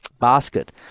basket